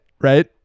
right